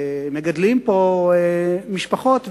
מגדלים פה משפחות,